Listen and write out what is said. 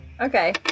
Okay